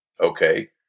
Okay